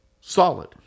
solid